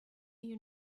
you